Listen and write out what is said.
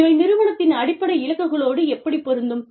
இவை நிறுவனத்தின் அடிப்படை இலக்குகளோடு எப்படிப் பொருந்தும்